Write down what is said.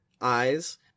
eyes